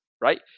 right